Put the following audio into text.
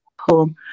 home